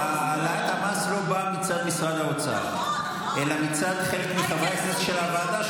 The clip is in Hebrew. העלאת המס לא באה מצד משרד האוצר אלא מצד חלק מחברי הכנסת של הוועדה,